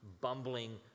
bumbling